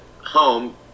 home